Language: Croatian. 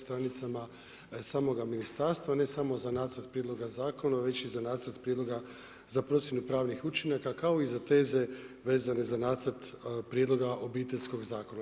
Stranicama samoga ministarstva, ne samo za nacrt prijedloga zakona, već i za nacrt prijedloga za procjenu pravnih učinaka kao i za teze vezane za nacrt prijedloga Obiteljskog zakona.